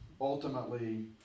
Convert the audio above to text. ultimately